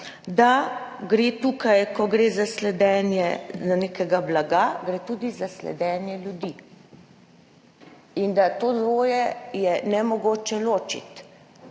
da gre tukaj, ko gre za sledenje nekemu blagu, gre tudi za sledenje ljudem in da je to dvoje nemogoče ločiti.